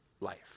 life